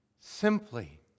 simply